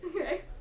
Okay